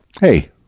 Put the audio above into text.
hey